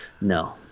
no